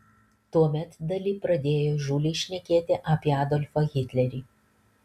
tuomet dali pradėjo įžūliai šnekėti apie adolfą hitlerį